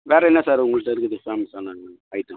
வேறு என்ன சார் உங்கள்கிட்ட இருக்குது ஃபேமஸான ஐட்டம்